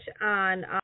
on